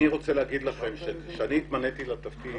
אני רוצה לומר לכם שכשאני התמניתי לתפקיד,